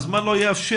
הזמן לא יאפשר,